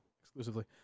exclusively